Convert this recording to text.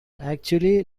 actually